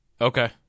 Okay